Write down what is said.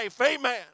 Amen